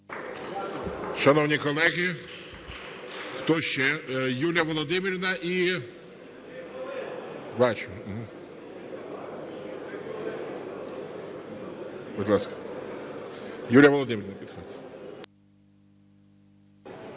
Шановні колеги, хто ще? Юлія Володимирівна і... Бачу. Будь ласка, Юлія Володимирівна.